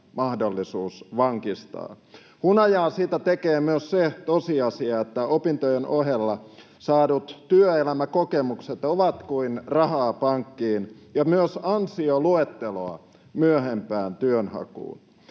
mahdollisuus vankistaa. Hunajaa siitä tekee myös se tosiasia, että opintojen ohella saadut työelämäkokemukset ovat kuin rahaa pankkiin ja myös ansioluetteloa myöhempään työnhakuun.